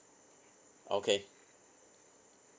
okay